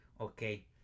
Okay